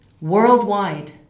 worldwide